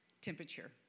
temperature